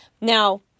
Now